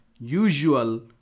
usual